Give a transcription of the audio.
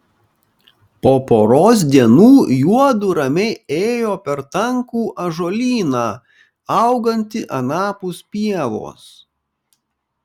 po poros dienų juodu ramiai ėjo per tankų ąžuolyną augantį anapus pievos